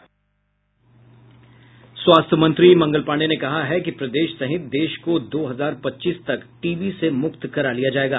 स्वास्थ्य मंत्री मंगल पाण्डेय कहा है कि प्रदेश सहित देश को दो हजार पच्चीस तक टीबी से मुक्त करा लिया जाएगा